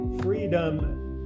freedom